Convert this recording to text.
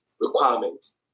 Requirements